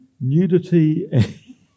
nudity